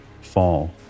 fall